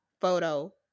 photo